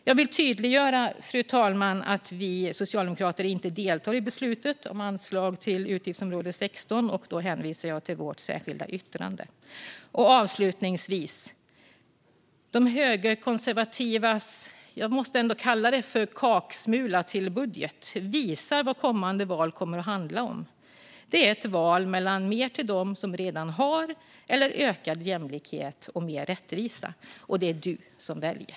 Jag vill tydliggöra att vi socialdemokrater inte deltar i beslutet om anslag till utgiftsområde 16, och jag hänvisar till vårt särskilda yttrande. Avslutningsvis: De högerkonservativas kaksmula till budget - jag måste ändå kalla den så - visar vad kommande val kommer att handla om. Det är ett val mellan mer till dem som redan har och ökad jämlikhet samt mer rättvisa. Och det är du som väljer.